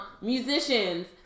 Musicians